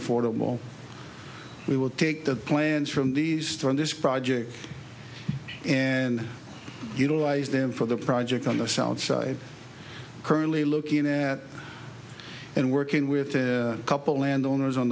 affordable we will take the plans from these two on this project and utilize them for the project on the south side currently looking at and working with a couple landowners on